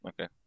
Okay